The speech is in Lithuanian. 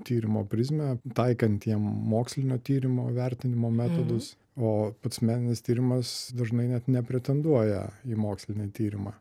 tyrimo prizmę taikant jiem mokslinio tyrimo vertinimo metodus o pats meninis tyrimas dažnai net nepretenduoja į mokslinį tyrimą